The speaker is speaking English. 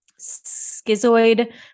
schizoid